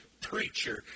preacher